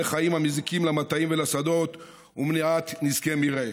חיים המזיקים למטעים ולשדות ועל מניעת נזקי מרעה.